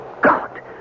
God